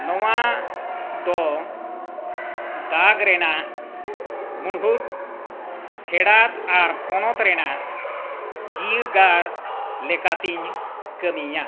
ᱱᱚᱣᱟ ᱫᱚ ᱫᱟᱜᱽ ᱨᱮᱱᱟᱜ ᱢᱩᱲᱦᱩᱫ ᱯᱷᱮᱲᱟᱛ ᱟᱨ ᱯᱚᱱᱚᱛ ᱨᱮᱱᱟᱜ ᱡᱤᱣᱤ ᱜᱟᱨ ᱞᱮᱠᱟᱛᱮᱧ ᱠᱟᱹᱢᱤᱭᱟ